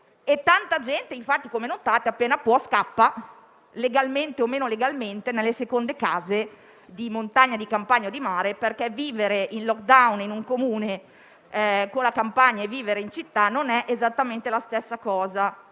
tanta gente, come notate, appena può scappa, legalmente o meno, nelle seconde case di montagna, di campagna o di mare perché vivere in *lockdown* in un Comune di campagna e vivere in città non è esattamente la stessa cosa.